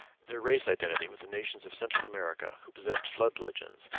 their race identity with the nations of central america who possessed flood legends,